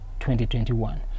2021